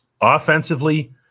Offensively